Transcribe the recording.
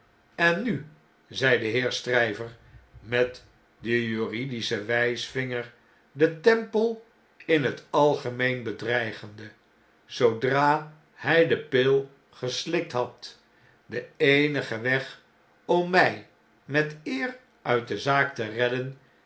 en nu zei de heer chryver met den juri wijsvinger den tempel in het algemeen bedreigende zoodra hy de pil geslikt had de eenige weg om my met eer uit de zaak te redden